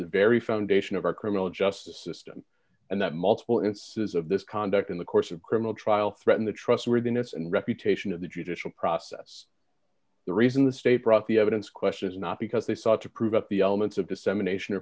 very foundation of our criminal justice system and that multiple instances of this conduct in the course of criminal trial threaten the trustworthiness and reputation of the judicial process the reason the state brought the evidence questions not because they sought to prove out the elements of dissemination or